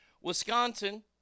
Wisconsin